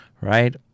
Right